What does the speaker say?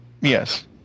Yes